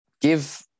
Give